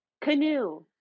canoe